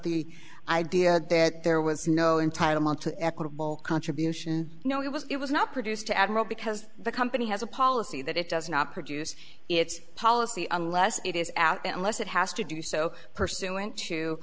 the idea that there was no entitlement to equitable contribution no it was it was not produced to admiral because the company has a policy that it does not produce its policy unless it is out unless it has to do so pursu